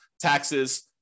taxes